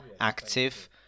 active